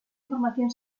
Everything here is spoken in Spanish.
información